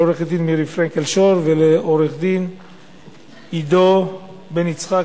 לעורכת-הדין מירי פרנקל-שור ולעורך-הדין עידו בן-יצחק,